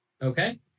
Okay